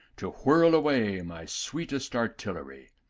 to whirl away my sweetest artillery.